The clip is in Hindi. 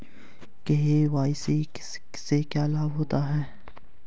के.वाई.सी से क्या लाभ होता है?